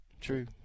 True